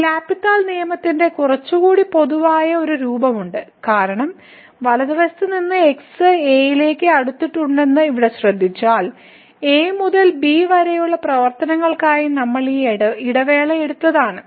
ഈ L hospital നിയമത്തിന്റെ കുറച്ചുകൂടി പൊതുവായ ഒരു രൂപമുണ്ട് കാരണം വലതുവശത്ത് നിന്ന് x → a എടുത്തിട്ടുണ്ടെന്ന് ഇവിടെ ശ്രദ്ധിച്ചാൽ a മുതൽ b വരെയുള്ള പ്രവർത്തനങ്ങൾക്കായി നമ്മൾ ഈ ഇടവേള എടുത്തതാണ്